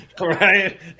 right